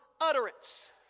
utterance